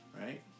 right